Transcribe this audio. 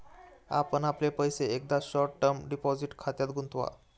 आपण आपले पैसे एकदा शॉर्ट टर्म डिपॉझिट खात्यात गुंतवा